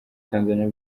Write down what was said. tanzania